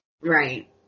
Right